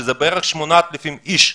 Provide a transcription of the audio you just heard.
שזה בערך 8,000 איש.